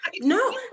no